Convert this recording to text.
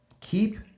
keep